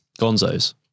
Gonzo's